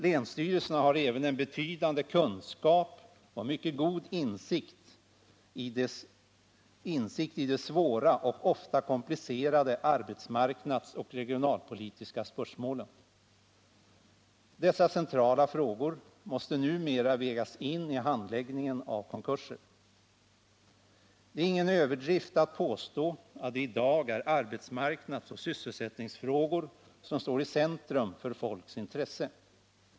Länsstyrelserna har även en betydande kunskap och mycket god insikt i de svåra och ofta komplicerade arbetsmarknadsoch regionalpolitiska spörsmålen. Dessa centrala frågor måste numera vägas in i handläggningen av konkurser. Det är ingen överdrift att påstå att det i dag är arbetsmarknadsoch sysselsättningsfrågor som står i centrum för folks intresse.